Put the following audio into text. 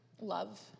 love